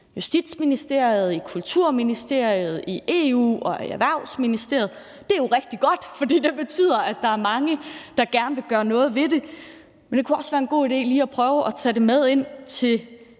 i Justitsministeriet, i Kulturministeriet, i EU og i Erhvervsministeriet, og det er jo rigtig godt, for det betyder, at der er mange, der gerne vil gøre noget ved det. Men det kunne også være en god idé lige at prøve at tage det med ind til